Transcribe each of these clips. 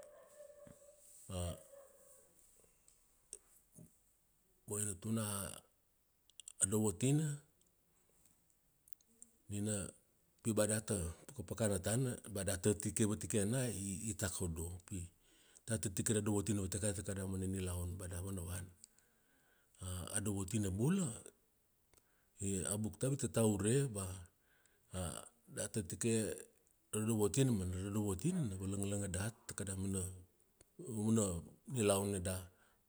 boina tuna adovotina nina pi ba data pakapakana tana ba datatike vatikena itakado, pi datatike ra dovotina vatikai takada mana nilaun bada vanavana. adovotina bula abuk tabu itata ure ba datatike ra dovotina manam ra dovotina na valangalanga dat takada mana, mana nilaun nina da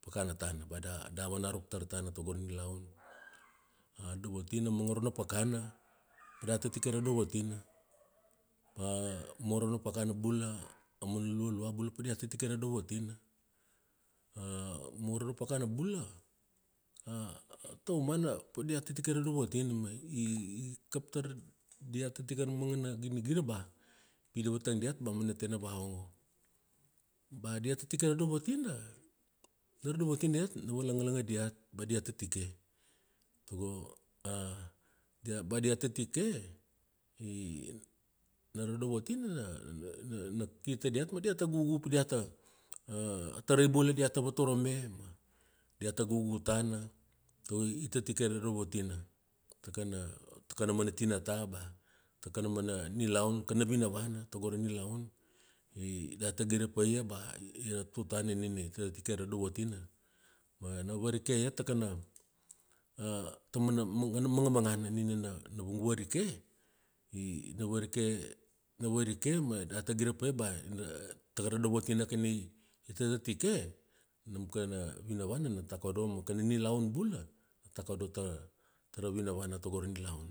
pakana tana, ba da-davana ruk tar tana tagon ra nilaun. Adovotina mangoro na pakana pa datatike ra dovotina, ba mangoro na pakana bula aumana lualua bula padia tatike ra dovotina mangoro na pakana bula taumana padia tatike ra dovotina ma i-ikap tar diat tatikana mangana ginigira ba pi davatang diat ba aumana tena vaongo, ba dia tatike ra dovotina, ra dovotina iat na valangalanga diat ba dia tatike, tago ba dia tatike nam ra dovotina na-na-naki tadiat ma diata gugu pidiata atarai bula diata vatorome ma diata gugu tana tago itatike ra dovotina takana, takana mana tinata, ba takana mana nilaun, kana vinavana tago ra nilaun data gire paia ba ia tutana nina itatike ra dovotina mana varike iat takana tamana mangamangana nina na vung varike, na varike, na varike ma data gire paia ba taka ra dovotina ika nina itatike, nam kana vinavana na takodo ma kana nilaun bula na takodo ta-tara vinavana tago ra nilaun.